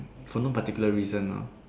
for no particular reason lah